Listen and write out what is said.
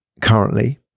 currently